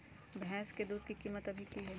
भैंस के दूध के कीमत अभी की हई?